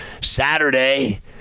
Saturday